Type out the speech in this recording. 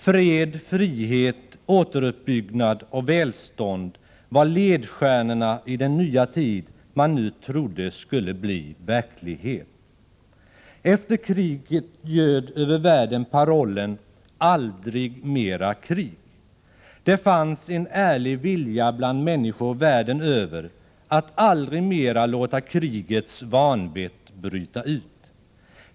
Fred, frihet, återuppbyggnad och välstånd var ledstjärnorna i den nya tid man nu trodde skulle bli verklighet. Efter kriget ljöd över världen parollen: Aldrig mera krig. Det fanns en ärlig vilja bland människor världen över att aldrig mera låta krigets vanvett bryta ut.